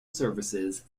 services